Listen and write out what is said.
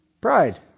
Pride